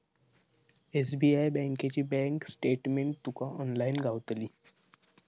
SBI बँकेची bank statement तुका online गावतली